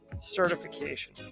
Certification